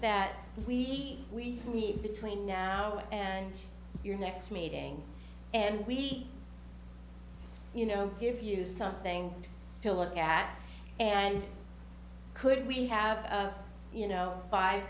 that we need between now and your next meeting and we you know give you something to look at and could we have you know five